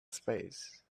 space